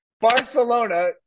Barcelona